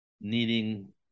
needing